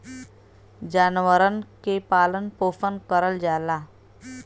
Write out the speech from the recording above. जानवरन के पालन पोसन करल जाला